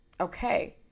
Okay